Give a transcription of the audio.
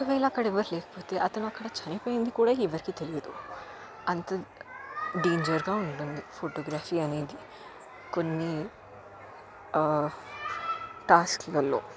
ఒకవేళ అక్కడ ఎవ్వరూ లేకపోతే అతను అక్కడ చనిపోయింది కూడా ఎవరికీ తెలియదు అంత డేంజర్గా ఉంటుంది ఫోటోగ్రఫీ అనేది కొన్ని టాస్కులలో